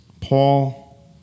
Paul